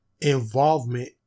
involvement